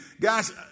guys